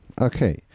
Okay